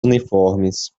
uniformes